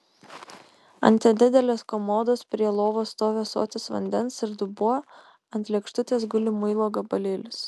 ant nedidelės komodos prie lovos stovi ąsotis vandens ir dubuo ant lėkštutės guli muilo gabalėlis